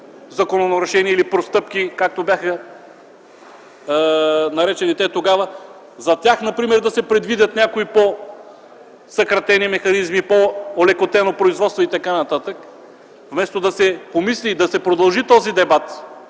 закононарушения или простъпки, както бяха наречени те тогава, за тях например да се предвидят някои по-съкратени механизми, по-олекотено производство и така нататък. Вместо да се помисли и да се продължи този дебат,